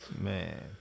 Man